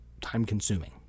Time-consuming